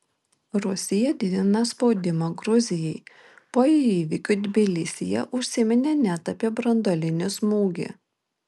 rusija didina spaudimą gruzijai po įvykių tbilisyje užsiminė net apie branduolinį smūgį